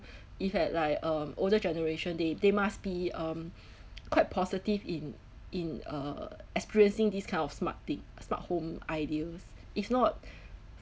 if had like um older generation they they must be um quite positive in in uh experiencing these kind of smart thing smart home ideas if not